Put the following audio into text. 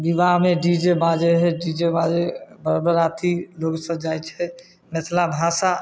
विवाह मे डीजे बाजै है डीजे बाजै बर बराती लोग सब जाइ छै मिथला भाषा